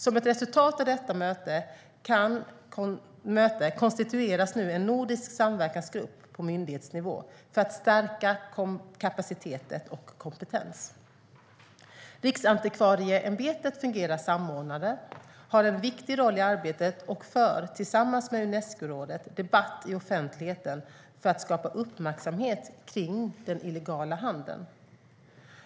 Som ett resultat av detta möte konstitueras nu en nordisk samverkansgrupp på myndighetsnivå för att stärka kapaciteten och kompetensen. Riksantikvarieämbetet fungerar samordnande, har en viktig roll i arbetet och för, tillsammans med Unescorådet, debatt i offentligheten för att skapa uppmärksamhet kring den illegala handeln.